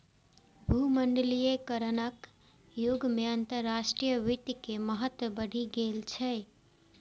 भूमंडलीकरणक युग मे अंतरराष्ट्रीय वित्त के महत्व बढ़ि गेल छै